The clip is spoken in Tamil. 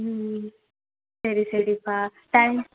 ம் சரி சரிப்பா டேங்ஸ்